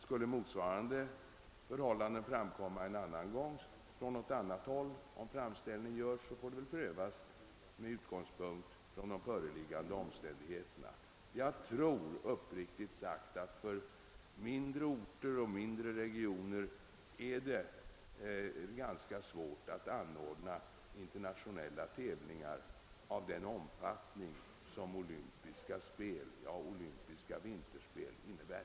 Skulle motsvarande förhållanden förekomma vid något annat tillfälle vid en framställning från något annat håll, får dessa prövas med utgångspunkt i de föreliggande omständigheterna. Jag tror uppriktigt sagt att det för mindre orter och mindre regioner är ganska svårt att anordna internationella tävlingar av den omfattning som olympiska vinterspel innebär.